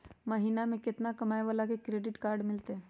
महीना में केतना कमाय वाला के क्रेडिट कार्ड मिलतै?